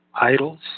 idols